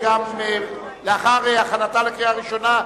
לאחר הכנתה לקריאה ראשונה,